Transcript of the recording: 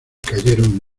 cayeron